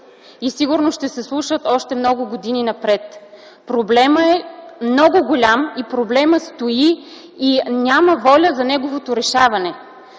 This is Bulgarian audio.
и сигурно ще се слушат още много години напред. Проблемът е много голям и проблемът стои, и няма воля за неговото решаване.